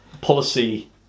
policy